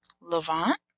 Levant